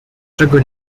czego